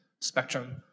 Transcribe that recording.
spectrum